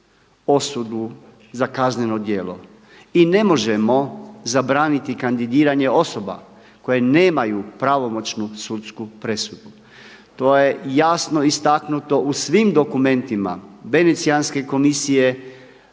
osudu za kazneno djelo i ne možemo zabraniti kandidiranje osoba koje nemaju pravomoćnu sudsku presudu. To je jasno istaknuto u svim dokumentima venecijanske komisije